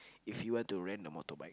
if you want to rent a motorbike